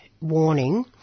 warning